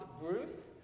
Bruce